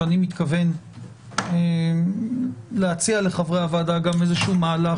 שאני מתכוון להציע לחברי הוועדה גם איזשהו מהלך